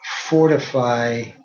fortify